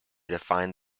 defined